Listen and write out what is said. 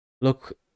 look